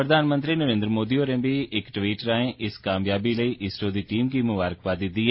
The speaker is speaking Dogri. प्रधानमंत्री नरेन्द्र मोदी होरें बी इक द्वीट राएं इस कामयाबी लेई इसरो दी टीम गी मुबारखबाद दित्ती